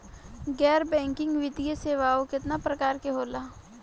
गैर बैंकिंग वित्तीय सेवाओं केतना प्रकार के होला?